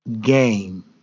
game